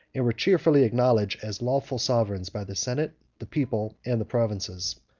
and were cheerfully acknowledged as lawful sovereigns, by the senate, the people, and the provinces.